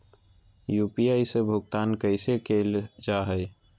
UPI से भुगतान कैसे कैल जहै?